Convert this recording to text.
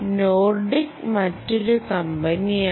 Nordic മറ്റൊരു കമ്പനിയാണ്